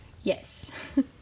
Yes